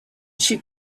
she